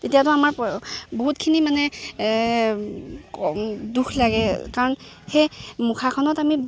তেতিয়াতো আমাৰ বহুতখিনি মানে দুখ লাগে কাৰণ সেই মুখাখনত আমি